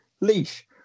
leash